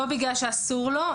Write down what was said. לא בגלל שאסור לו,